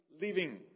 living